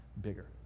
bigger